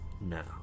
now